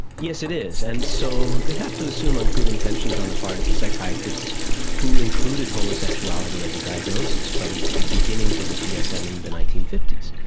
yes, it is, and so we have to assume on the good intentions on the part of the psychiatrists who included homosexuality as a diagnosis from the beginnings of the dsm in the nineteen fifty s,